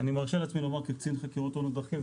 אני מרשה לעצמי לומר כקצין חקירות תאונות דרכים,